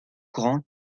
courant